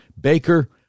Baker